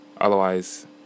Otherwise